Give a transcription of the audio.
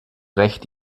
recht